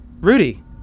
Rudy